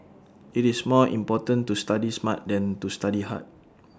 IT is more important to study smart than to study hard